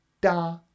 da